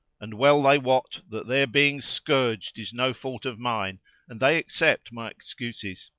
and well they wot that their being scourged is no fault of mine and they accept my excuses.